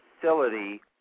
facility